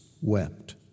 wept